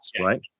right